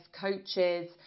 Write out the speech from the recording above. coaches